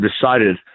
decided